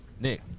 Nick